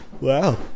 wow